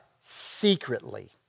secretly